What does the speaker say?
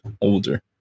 older